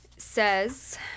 says